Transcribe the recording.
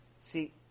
see